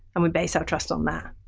and we base our trust on that.